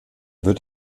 wird